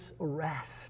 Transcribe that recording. arrest